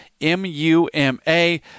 M-U-M-A